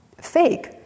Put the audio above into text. fake